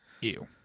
Ew